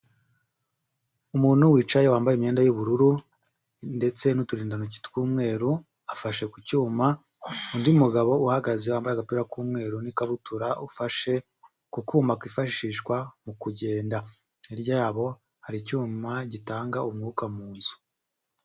Umuntu wicaye wambaye imyenda y'ubururu ndetse n'uturindantoki tw'umweru afashe ku cyuma, undi mugabo uhagaze wambaye agapira k'umweru n'ikabutura ufashe ku kuma kifashishwa mu kugenda, hirya yabo hari icyuma gitanga umwuka mu nzu.